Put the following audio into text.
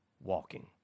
walking